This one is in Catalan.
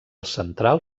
central